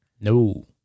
No